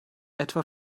etwa